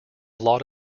lot